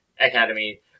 Academy